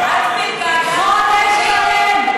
חודש שלם.